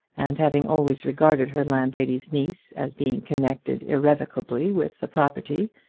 and having always regarded her landlady's niece as being connected irrevocably with the property,